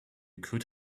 could